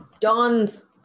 Dawn's